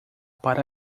para